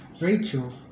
Rachel